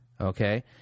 okay